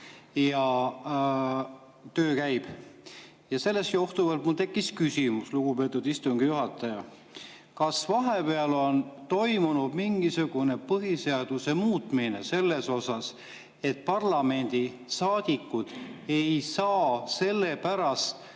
ja töö käib. Sellest johtuvalt mul tekkis küsimus, lugupeetud istungi juhataja. Kas vahepeal on toimunud mingisugune põhiseaduse muutmine, et parlamendisaadikud ei saa sellepärast